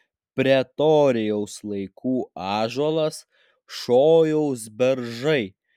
pretorijaus laikų ąžuolas šojaus beržai